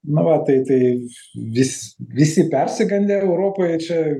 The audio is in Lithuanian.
na va tai tai vis visi persigandę europoje čia